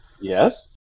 Yes